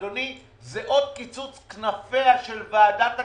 אדוני, זה עוד קיצוץ בכנפיה של ועדת הכספים.